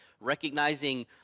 recognizing